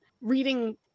reading